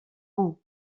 ans